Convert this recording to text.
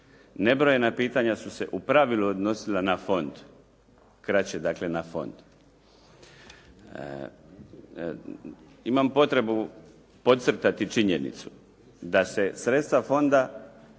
Nebrojena pitanja su se u pravilu odnosila na fond. Kraće, dakle na fond. Imam potrebu podcrtati činjenicu da se sredstva fonda